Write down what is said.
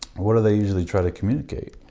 what do they usually try to communicate?